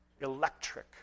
Electric